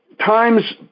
times